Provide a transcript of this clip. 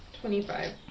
Twenty-five